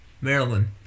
Maryland